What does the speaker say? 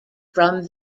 from